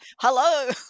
Hello